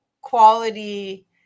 quality